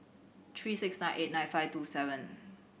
three six nine eight nine five two seven